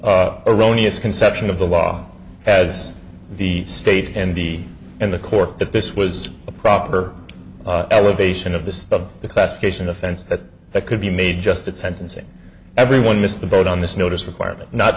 same erroneous conception of the law as the state and the and the court that this was the proper elevation of the of the classification offense that that could be made just at sentencing everyone missed the boat on this notice requirement not